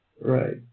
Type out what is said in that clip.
Right